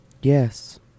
yes